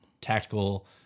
tactical